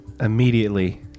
immediately